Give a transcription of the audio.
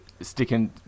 sticking